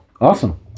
Awesome